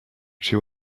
two